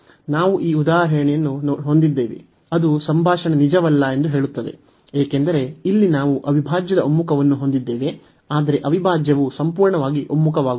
ನಾವು ಈ ಉದಾಹರಣೆಯನ್ನು ಹೊಂದಿದ್ದೇವೆ ಅದು ಸಂಭಾಷಣೆ ನಿಜವಲ್ಲ ಎಂದು ಹೇಳುತ್ತದೆ ಏಕೆಂದರೆ ಇಲ್ಲಿ ನಾವು ಅವಿಭಾಜ್ಯದ ಒಮ್ಮುಖವನ್ನು ಹೊಂದಿದ್ದೇವೆ ಆದರೆ ಅವಿಭಾಜ್ಯವು ಸಂಪೂರ್ಣವಾಗಿ ಒಮ್ಮುಖವಾಗುವುದಿಲ್ಲ